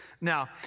Now